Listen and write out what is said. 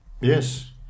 Yes